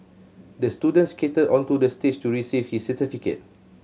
the student skated onto the stage to receive his certificate